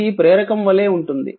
ఇది ప్రేరకం వలే ఉంటుంది